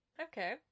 Okay